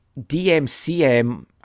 DMCM